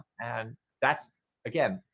and that's again.